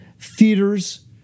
theaters